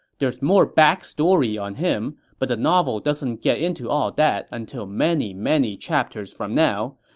there's more backstory on him, but the novel doesn't get into all that until many many chapters from now,